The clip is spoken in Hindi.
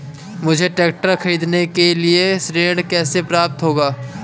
मुझे ट्रैक्टर खरीदने के लिए ऋण कैसे प्राप्त होगा?